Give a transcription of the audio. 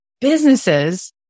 businesses